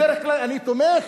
בדרך כלל אני תומך